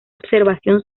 observación